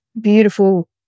beautiful